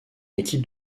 équipe